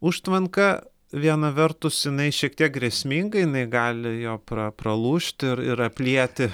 užtvanka viena vertus jinai šiek tiek grėsmingai jinai gali jo pra pralaužti ir ir aplieti